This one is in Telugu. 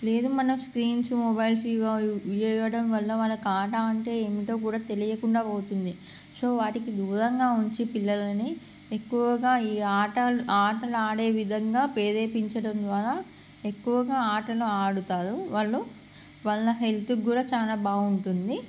లేదు మన స్క్రీన్స్ మొబైల్స్ ఇవి ఇవి ఇవ్వడం వల్ల వాళ్ళకి ఆట అంటే ఏమిటో కూడా తెలియకుండా పోతుంది సో వాటికి దూరంగా ఉంచి పిల్లలని ఎక్కువగా ఈ ఆట ఆటలు ఆడేవిధంగా ప్రేరేపించడం ద్వారా ఎక్కువగా ఆటలు ఆడుతారు వాళ్ళు వాళ్ళ హెల్త్ కూడా చాలా బాగుంటుంది